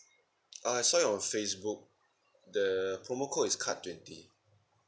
ah I saw it on Facebook the promo code is cut twenty